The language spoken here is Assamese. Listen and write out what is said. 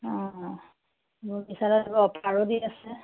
অ অফাৰো দি আছে